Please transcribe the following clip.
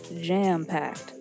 jam-packed